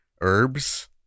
herbs